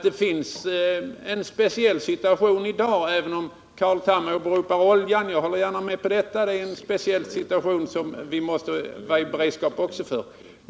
Det råder en speciell situation i dag, det håller jag gärna med om även om Carl Tham bara åberopar oljan, och den måste vi också ha beredskap för.